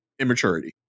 immaturity